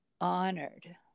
honored